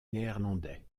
néerlandais